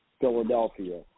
Philadelphia